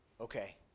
Okay